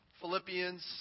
Philippians